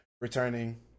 returning